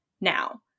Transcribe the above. now